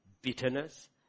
bitterness